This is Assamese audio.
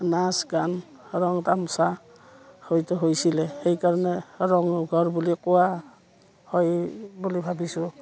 নাচ গান ৰং তামচা হয়তো হৈছিলে সেইকাৰণে ৰংঘৰ বুলি কোৱা হয় বুলি ভাবিছোঁ